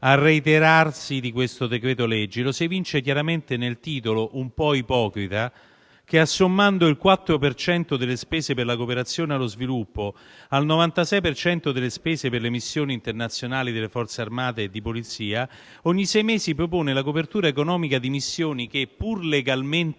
al reiterarsi di questo decreto legge lo si evince chiaramente nel titolo un po' ipocrita, che assommando il 4 per cento delle spese per la cooperazione allo sviluppo al 96 per cento delle spese per le missioni internazionali delle Forze armate e di polizia, ogni sei mesi propone la copertura economica di missioni che, pur legalmente